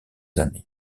années